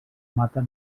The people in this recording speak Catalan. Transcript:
mata